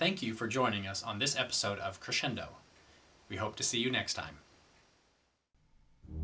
thank you for joining us on this episode of crescendo we hope to see you next time